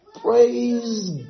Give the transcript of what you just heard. Praise